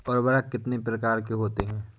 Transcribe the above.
उर्वरक कितनी प्रकार के होते हैं?